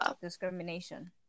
discrimination